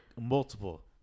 multiple